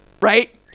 right